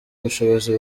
ubushobozi